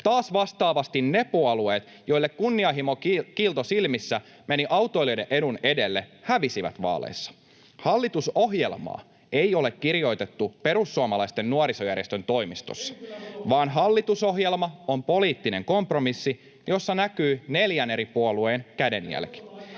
Taas vastaavasti ne puolueet, joille kunnianhimon kiilto silmissä meni autoilijoiden edun edelle, hävisivät vaaleissa. Hallitusohjelmaa ei ole kirjoitettu perussuomalaisten nuorisojärjestön toimistossa, [Antti Kurvinen: Sen kyllä huomaa!] vaan hallitusohjelma on poliittinen kompromissi, jossa näkyy neljän eri puolueen kädenjälki.